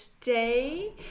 today